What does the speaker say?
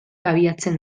abiatzen